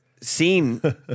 seen